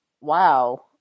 wow